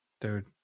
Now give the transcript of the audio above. dude